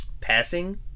passing